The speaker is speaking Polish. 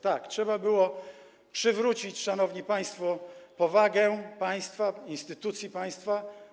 Tak, trzeba było przywrócić, szanowni państwo, powagę państwa, instytucji państwa.